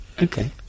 Okay